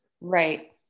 Right